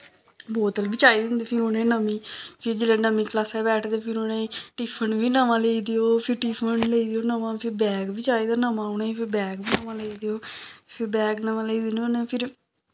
बोतल बी चाहिदी होंदी फिर उ'नें नमीं फिर जेल्लै नमीं क्लासै च बैठदे फिर उ'नेंगी टिफन बी नमां लेई देओ फ्ही टिफन लेई देओ नमां फिर बैग बी चाहिदा नमां उ'नेंगी फिर बैग बी नमां लेई देओ फिर बैग नमां लेई दिन्ने होन्ने फिर